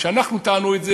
כשאנחנו טענו את זה,